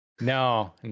no